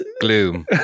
gloom